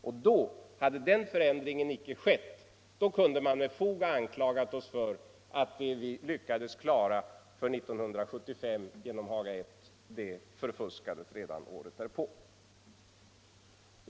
Och hade förändringen inte skett, då kunde man med fog ha anklagat oss för att det som vi lyckades klara för 1975 genom Haga I förfuskades redan året därpå.